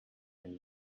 ein